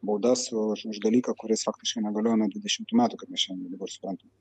baudas už už dalyką kuris faktiškai negalioja nuo dvidešimtų metų kaip mes šiandien dabar suprantam